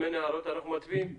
אין הערות, אנחנו מצביעים.